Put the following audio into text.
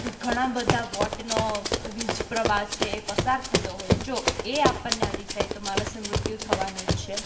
ઘણા બધા વૉટનો વીજ પ્રવાહ છે એ પસાર થતો હોય જો એ આપણને અડી જાય તો માણસનું મૃત્યુ થવાનું જ છે